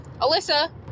Alyssa